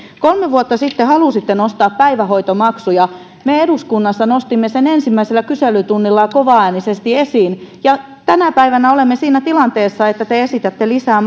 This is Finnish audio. kolme vuotta sitten halusitte nostaa päivähoitomaksuja me eduskunnassa nostimme sen ensimmäisellä kyselytunnilla kovaäänisesti esiin ja tänä päivänä olemme siinä tilanteessa että te esitätte lisää